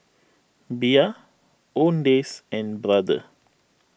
Bia Owndays and Brother